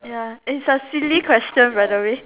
ya it's a silly question by the way